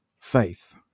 faith